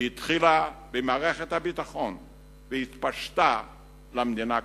הוא התחיל במערכת הביטחון והתפשט למדינה כולה.